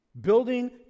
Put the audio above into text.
building